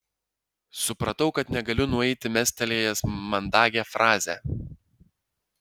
supratau kad negaliu nueiti mestelėjęs mandagią frazę